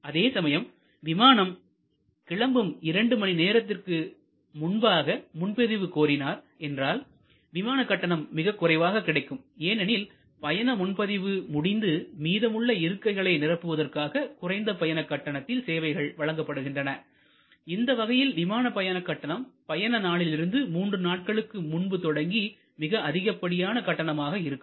அதே சமயம் விமானம் கிளம்பும் இரண்டு மணி நேரத்திற்கு முன்பாக முன்பதிவு கோரினார் என்றால் விமான கட்டணம் மிகக்குறைவாக கிடைக்கும் ஏனெனில் பயண முன்பதிவு முடிந்து மீதமுள்ள இருக்கைகளை நிரப்புவதற்காக குறைந்த பயணக் கட்டணத்தில் சேவைகள் வழங்கப்படுகின்றன இந்த வகையில் விமான பயண கட்டணம் பயண நாளிலிருந்து மூன்று நாட்களுக்கு முன்பு தொடங்கி மிக அதிகப்படியான கட்டணமாக இருக்கும்